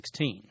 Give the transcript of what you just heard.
16